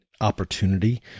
opportunity